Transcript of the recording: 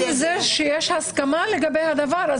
יש הסכמה לגבי הדבר הזה,